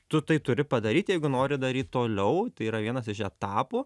tu tai turi padaryt jeigu nori daryt toliau tai yra vienas iš etapų